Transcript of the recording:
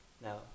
now